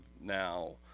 now